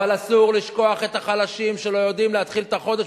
אבל אסור לשכוח בצדי הדרך את החלשים שלא יודעים להתחיל את החודש.